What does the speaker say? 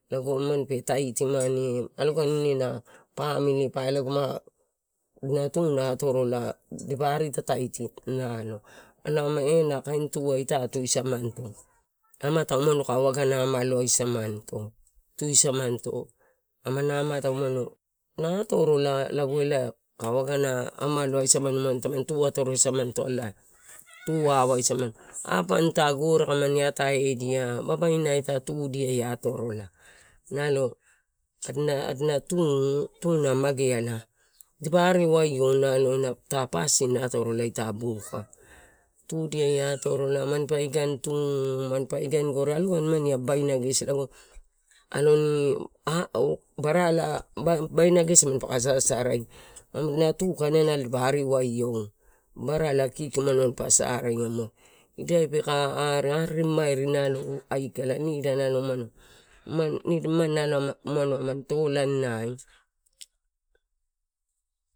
Lago imani pe taitimani alogani ine na pamilipae, una adinatuna atorola dipa aritataiti nalo. Ena kain tu a ita tuasamanto amata ka waga amalosa mani. Ito tusamanito amana amata umano atorola. Lago elae kae waga amalo a samani tu atorosa manito apomani ita gore aka, mani ate edia, babaina ita tudia atorola, nalo pasin atorola ita buka, tudia atorola manipa idaini tu, manpa idai gore alogani imani babaina gesi aloni barra babaina gesi mampaka sasa dipa saraia, ida peka arimamairi aloni nida umano aman tolonai.